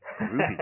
Ruby